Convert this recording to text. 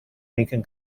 lincoln